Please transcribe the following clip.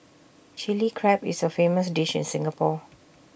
Chilli Crab is A famous dish in Singapore